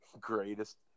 Greatest